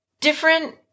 different